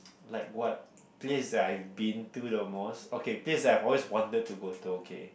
like what place that I've been to the most okay place that I've always wanted to go to okay